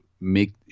make